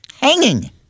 hanging